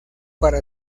para